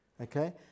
okay